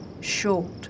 short